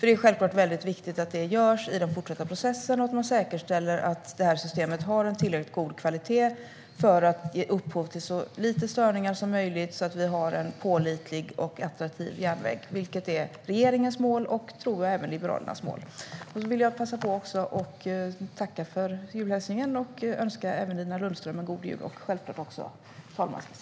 Det är självklart mycket viktigt att man gör det i den fortsatta processen och att man säkerställer att det här systemet har en tillräckligt god kvalitet för att ge upphov till så lite störningar som möjligt så att vi har en pålitlig och attraktiv järnväg. Det är regeringens och, tror jag, även Liberalernas mål. Jag vill passa på att tacka för julhälsningen och önska Nina Lundström och talmanspresidiet en god jul.